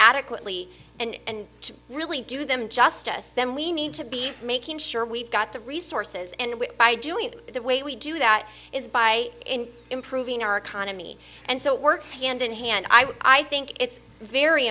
adequately and to really do them justice then we need to be making sure we've got the resources and by doing that the way we do that is by in improving our economy and so it works hand in hand i would i think it's very